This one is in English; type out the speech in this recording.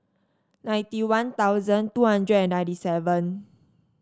ninety One Thousand two hundred and ninety seven